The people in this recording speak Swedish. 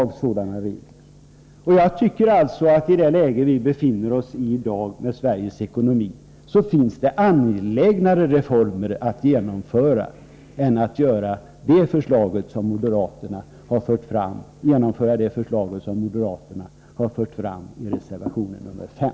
I det ekonomiska läge vi befinner oss i i dag finns det angelägnare reformer att genomföra än det förslag som moderaterna för fram i reservation 5.